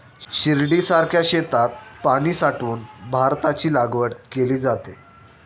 शिर्डीसारख्या शेतात पाणी साठवून भाताची लागवड केली जाते